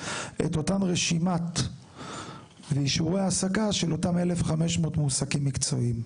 את אותה רשימת אישורי העסקה של אותם 1,500 מועסקים מקצועיים.